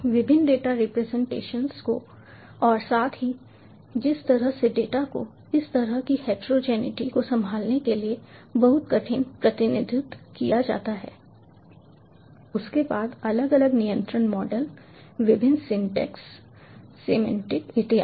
विभिन्न data representations और साथ ही जिस तरह से डेटा को इस तरह की हेटेरोजेनेटी को संभालने के लिए बहुत कठिन प्रतिनिधित्व किया जाता है उसके बाद अलग अलग नियंत्रण मॉडल विभिन्न सिंटैक्स सिमेंटिक इत्यादि